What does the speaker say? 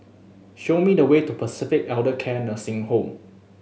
show me the way to Pacific Elder Care Nursing Home